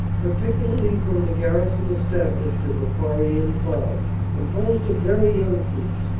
particularly from the garrison established in the poirien farm, composed of very young troops,